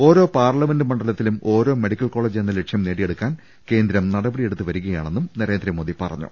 ഓരോ പാർലമെന്റ് മണ്ഡലത്തിലും ഓരോ മെഡി ക്കൽ കോളജ് എന്ന ലക്ഷ്യം നേടിയെടുക്കാൻ കേന്ദ്രം നടപടിയെടുത്ത് വരികയാണെന്നും നരേന്ദ്രമോദി അറിയിച്ചു